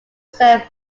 sell